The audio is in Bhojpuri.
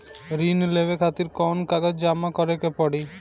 ऋण लेवे खातिर कौन कागज जमा करे के पड़ी?